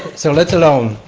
so let alone.